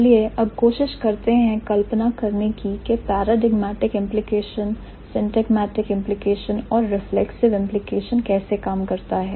चलिए अब कोशिश करते हैं कल्पना करने की के paradigmatic implication syntagmatic implication और reflexive implication कैसे काम करता है